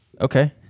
Okay